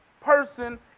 person